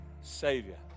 Savior